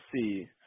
see